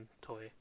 toy